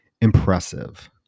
impressive